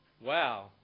wow